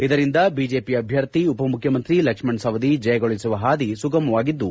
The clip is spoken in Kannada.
ಇದರಿಂದ ಬಿಜೆಪಿ ಅಭ್ಯರ್ಥಿ ಉಪ ಮುಖ್ಯಮಂತ್ರಿ ಲಕ್ಷ್ಮಣ ಸವದಿ ಜಯಗಳಿಸುವ ಹಾದಿ ಸುಗಮವಾಗಿದ್ದು